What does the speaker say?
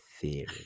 theory